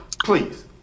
Please